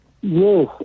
Yes